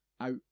out